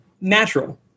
natural